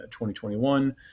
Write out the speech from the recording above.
2021